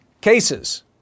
cases